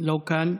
לא כאן.